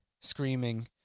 screaming